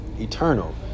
eternal